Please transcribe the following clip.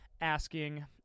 asking